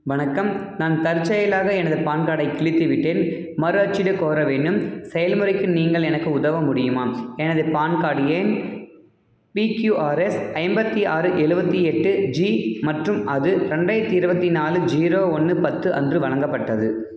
வணக்கம் நான் தற்செயலாக எனது பான் கார்டைக் கிழித்துவிட்டேன் மறு அச்சிடக் கோர வேண்டும் செயல்முறைக்கு நீங்கள் எனக்கு உதவ முடியுமா எனது பான் கார்டு எண் பிக்யூஆர்எஸ் ஐம்பத்து ஆறு எழுவத்தி எட்டு ஜி மற்றும் அது ரெண்டாயிரத்து இருபத்தி நாலு ஜீரோ ஒன்று பத்து அன்று வழங்கப்பட்டது